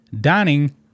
dining